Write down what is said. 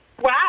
Wow